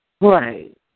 Right